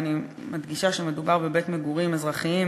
ואני מדגישה שמדובר בבית מגורים אזרחי,